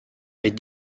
est